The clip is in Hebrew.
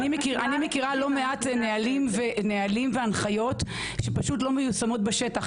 אני מכירה לא מעט נהלים והנחיות שפשוט לא מיושמים בשטח.